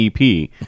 EP